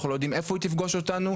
אנחנו לא יודעים איפה היא תפגוש אותנו,